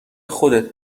خودت